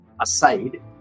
aside